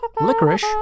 Licorice